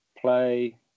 play